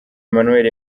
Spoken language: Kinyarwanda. emmanuel